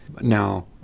Now